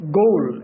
goal